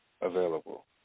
available